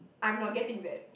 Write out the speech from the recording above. I'm not getting vet